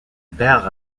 père